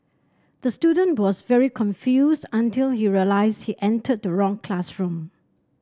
the student was very confused until he realised he entered the wrong classroom